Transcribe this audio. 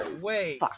wait